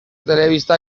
telebista